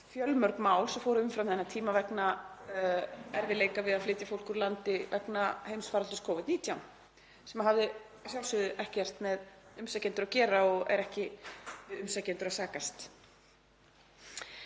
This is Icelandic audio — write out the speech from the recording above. fjölmörg mál sem fóru umfram þennan tíma vegna erfiðleika við að flytja fólk úr landi vegna heimsfaraldurs Covid-19, sem hafði að sjálfsögðu ekkert með umsækjendur að gera og er ekki við umsækjendur að sakast.